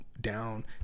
down